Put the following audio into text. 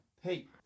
hey